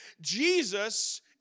Jesus